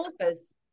authors